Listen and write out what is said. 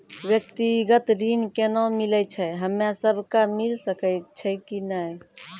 व्यक्तिगत ऋण केना मिलै छै, हम्मे सब कऽ मिल सकै छै कि नै?